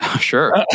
Sure